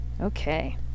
Okay